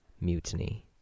Mutiny